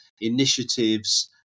initiatives